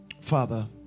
Father